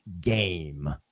game